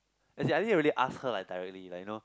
as in I didn't really ask her like directly like you know